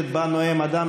אני, עבדכם הנאמן,